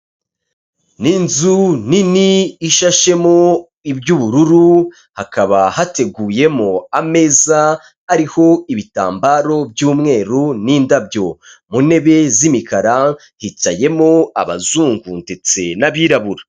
Ni inzu nini ishashemo iby'ubururu, hakaba hateguyemo ameza ariho ibitambaro by'umweru n'indabyo, mu ntebe z'imikara hicayemo abazungu ndetse n'abirabura.